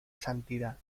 santidad